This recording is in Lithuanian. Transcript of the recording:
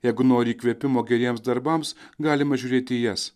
jeigu nori įkvėpimo geriems darbams galima žiūrėti į jas